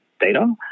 data